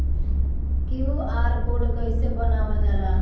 QR code कइसे बनवाल जाला?